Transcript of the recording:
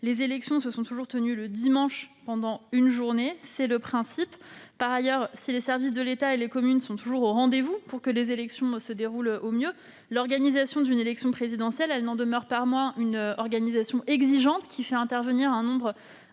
Les élections se sont toujours tenues le dimanche pendant une journée, c'est le principe. Par ailleurs, si les services de l'État et des communes sont toujours au rendez-vous pour que les élections se déroulent au mieux, l'organisation d'une élection présidentielle n'en demeure pas moins exigeante et fait intervenir un nombre